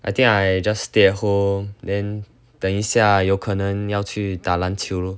I think I just stay at home then 等一下有可能要去打篮球